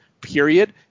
period